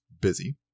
busy